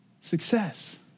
success